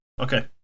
Okay